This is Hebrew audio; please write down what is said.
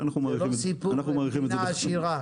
זה לא סיפור למדינה עשירה.